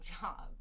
job